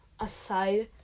Aside